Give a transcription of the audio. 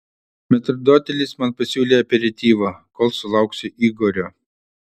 metrdotelis man pasiūlė aperityvo kol sulauksiu igorio